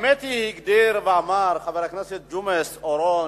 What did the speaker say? הגדיר ואמר חבר הכנסת ג'ומס, אורון,